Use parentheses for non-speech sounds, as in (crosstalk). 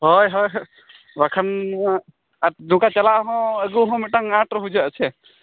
ᱦᱚᱭ ᱦᱚᱭ ᱵᱟᱠᱷᱟᱱ ᱱᱚᱣᱟ (unintelligible) ᱪᱟᱞᱟᱣᱦᱚᱸ ᱟᱹᱜᱩᱦᱚᱸ ᱢᱤᱫᱴᱟᱝ ᱟᱸᱴ ᱵᱩᱡᱷᱟᱹᱜᱼᱟ ᱥᱮ